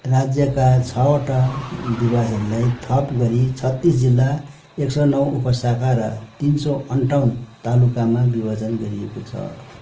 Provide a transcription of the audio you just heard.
राज्यका छवटा विभाजनलाई थप गरी छत्तिस जिल्ला एक सय नौ उपशाखा र तिन सय अन्ठाउन्न तालुकामा विभाजन गरिएको छ